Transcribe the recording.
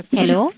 Hello